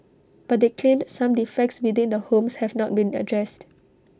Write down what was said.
but they claimed some defects within the homes have not been addressed